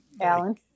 Alan